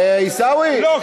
עיסאווי,